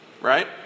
right